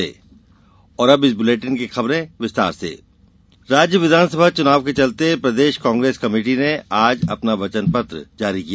कांग्रेस घोषणा पत्र राज्य विधानसभा चुनाव के चलते प्रदेश कांग्रेस कमेटी ने आज अपना वचनपत्र जारी किया